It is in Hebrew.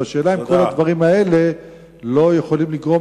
השאלה היא אם כל הדברים האלה לא יכולים לגרום